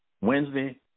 Wednesday